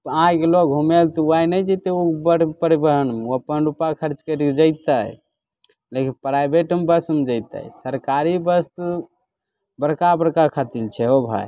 आइ गेलै घूमै तऽ ओआइ नहि जेतै ओ बड़ परिबहनमे अपन रूपा खर्च करिके जैतै लेकिन प्राइभेटमे बसमे जैतै सरकारी बस बड़का बड़का खातिर छै हो भाइ